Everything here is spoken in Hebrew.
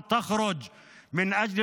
לגבי